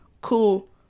Cool